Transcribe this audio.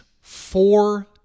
four